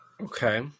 Okay